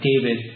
David